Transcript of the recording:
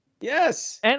Yes